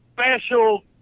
special